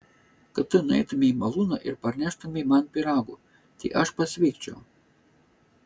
kad tu nueitumei į malūną ir parneštumei man pyragų tai aš pasveikčiau